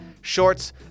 Shorts